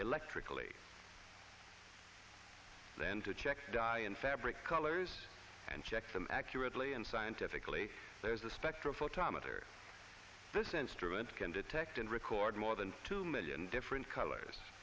electrically then to check di and fabric colors and check them accurately and scientifically there's a spectrum for tom other this instrument can detect and record more than two million different colors